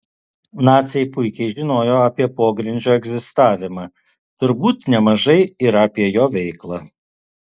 naciai puikiai žinojo apie pogrindžio egzistavimą turbūt nemažai ir apie jo veiklą